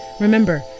remember